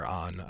on